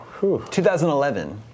2011